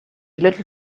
little